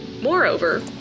Moreover